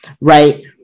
right